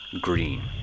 green